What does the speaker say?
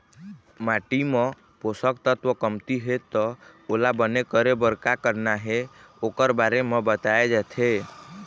माटी म पोसक तत्व कमती हे त ओला बने करे बर का करना हे ओखर बारे म बताए जाथे